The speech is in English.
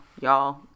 y'all